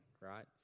right